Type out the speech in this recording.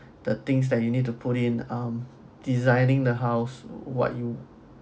the things that you need to put in um designing the house what you